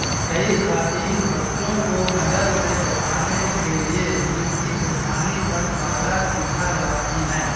کئی خواتین بچوں کو نظر سے بچانے کے لیے ان کی پیشانی پر کالا ٹیکا لگاتی ہیں